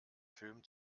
film